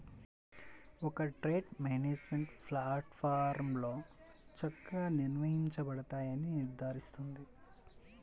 ఒక trade management ప్లాట్ఫారమ్లో చక్కగా నిర్వహించబడతాయని నిర్ధారిస్తుంది